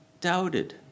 doubted